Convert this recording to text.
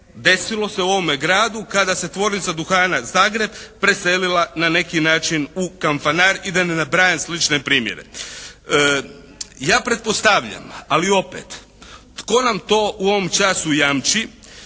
desilo se u ovome gradu kada se tvornica duhana Zagreb preselila na neki način u kanfanar i da ne nabrajam slične primjere. Ja pretpostavljam ali opet tko nam to u ovom času jamči